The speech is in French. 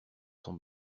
son